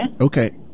Okay